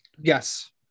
Yes